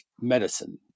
medicine